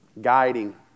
guiding